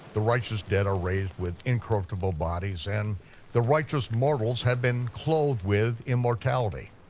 the righteous dead are raised with incorruptible bodies, and the righteous mortals have been clothed with immortality.